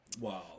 Wow